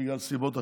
בגלל סיבות אחרות,